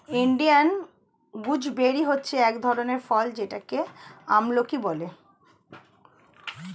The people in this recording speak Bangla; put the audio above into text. ইন্ডিয়ান গুজবেরি হচ্ছে এক ধরনের ফল যেটাকে আমলকি বলে